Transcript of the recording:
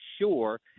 sure